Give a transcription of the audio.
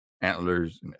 antlers